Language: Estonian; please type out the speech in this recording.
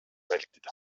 vältida